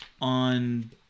on